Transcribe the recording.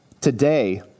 today